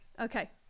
Okay